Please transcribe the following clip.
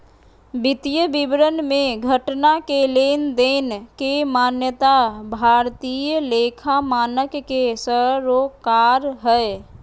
वित्तीय विवरण मे घटना के लेनदेन के मान्यता भारतीय लेखा मानक के सरोकार हय